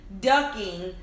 ducking